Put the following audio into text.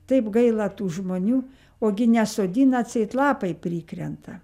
taip gaila tų žmonių o gi nesodina atseit lapai prikrenta